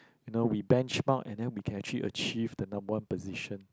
you know we benchmark and then we can actually achieve the number one position